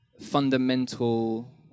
fundamental